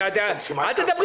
תיקון חקיקה שנעשה בכנסת.